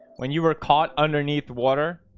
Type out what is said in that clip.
when you were caught underneath water